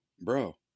bro